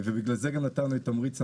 ובגלל זה גם נתנו את תמריץ המס,